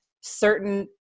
certain